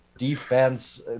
defense